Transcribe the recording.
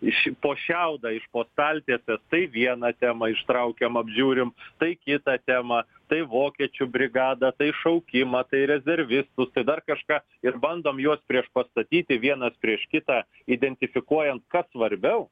iš po šiaudą iš po staltiesės tai vieną temą ištraukiam apžiūrim tai kitą temą tai vokiečių brigadą tai šaukimą tai rezervistus tai dar kažką ir bandom juos priešpastatyti vienas prieš kitą identifikuojant kas svarbiau